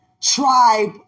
tribe